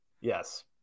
Yes